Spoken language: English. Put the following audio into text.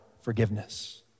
forgiveness